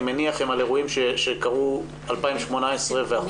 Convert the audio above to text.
אני מניח שהם על אירועים שקרו ב-2018 ואחורה.